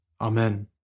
Amen